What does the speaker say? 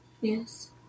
Yes